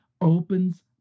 opens